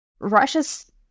Russia's